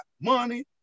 money